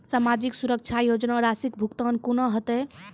समाजिक सुरक्षा योजना राशिक भुगतान कूना हेतै?